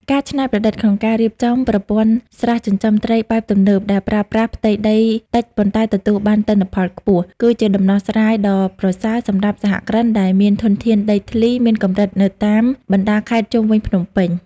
ការច្នៃប្រឌិតក្នុងការរៀបចំប្រព័ន្ធស្រះចិញ្ចឹមត្រីបែបទំនើបដែលប្រើប្រាស់ផ្ទៃដីតិច ប៉ុន្តែទទួលបានទិន្នផលខ្ពស់ គឺជាដំណោះស្រាយដ៏ប្រសើរសម្រាប់សហគ្រិនដែលមានធនធានដីធ្លីមានកម្រិតនៅតាមបណ្ដាខេត្តជុំវិញភ្នំពេញ។